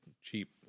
cheap